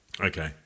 Okay